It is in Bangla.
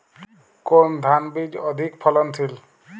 কোন ধান বীজ অধিক ফলনশীল?